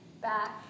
back